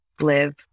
live